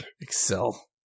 Excel